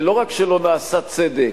ולא רק שלא נעשה צדק,